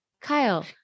Kyle